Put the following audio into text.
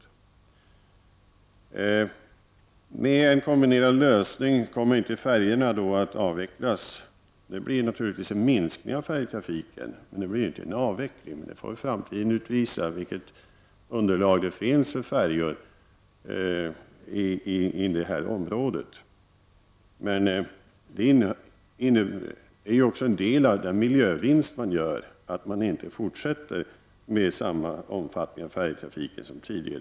Kjell Dahlström frågade också om inte färjorna kommer att avvecklas i och med en kombinerad lösning. Naturligtvis kommer det att innebära en minskning av färjetrafiken, men det blir inte fråga om någon avveckling. Framtiden får utvisa vilket underlag som finns för färjor i detta område. Att man inte fortsätter med färjetrafik i samma omfattning som tidigare är ju också en del av den miljövinst man gör.